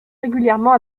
régulièrement